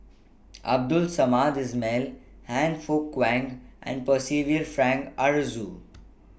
Abdul Samad Ismail Han Fook Kwang and Percival Frank Aroozoo